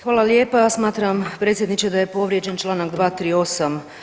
Hvala lijepo, smatram predsjedniče da je povrijeđen Članak 238.